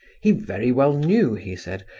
he very well knew, he said,